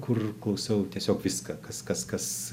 kur klausau tiesiog viską kas kas kas